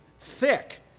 thick